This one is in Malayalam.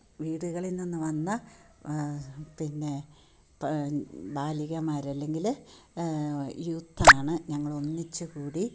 വീടുകളിൽ നിന്ന് വന്ന പിന്നെ ബാലികമാർ അല്ലെങ്കിൽ യൂത്താണ് ഞങ്ങൾ ഒന്നിച്ച് കൂടി